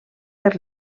per